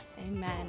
Amen